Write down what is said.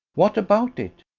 what about it?